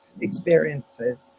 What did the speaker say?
experiences